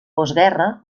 postguerra